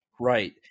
Right